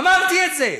אמרתי את זה.